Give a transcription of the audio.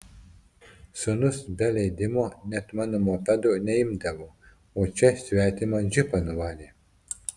sūnus be leidimo net mano mopedo neimdavo o čia svetimą džipą nuvarė